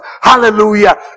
Hallelujah